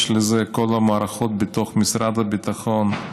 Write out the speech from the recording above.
יש לזה מערכות בתוך משרד הביטחון,